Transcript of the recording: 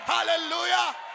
Hallelujah